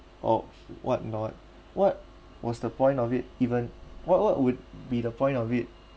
or whatnot what was the point of it even what what would be the point of it